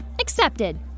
Accepted